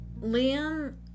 Liam